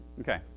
Okay